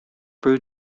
brew